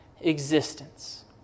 existence